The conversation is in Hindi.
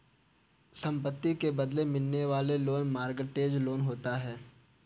संपत्ति के बदले मिलने वाला लोन मोर्टगेज लोन होता है